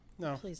No